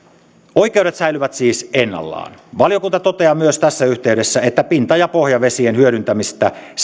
oikeudet säilyvät siis ennallaan valiokunta toteaa myös tässä yhteydessä että pinta ja pohjavesien hyödyntämisestä